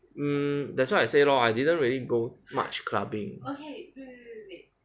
um that's why I say lor I didn't really go much clubbing